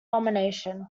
nomination